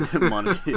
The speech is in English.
money